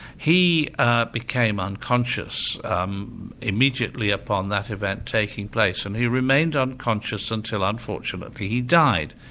he ah became unconscious um immediately upon that event taking place, and he remained unconscious until unfortunately he died,